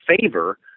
favor